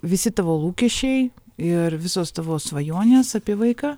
visi tavo lūkesčiai ir visos tavo svajonės apie vaiką